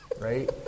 right